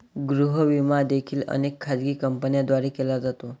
गृह विमा देखील अनेक खाजगी कंपन्यांद्वारे केला जातो